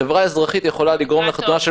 החברה האזרחית יכולה לגרום לחתונה של